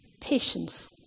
patience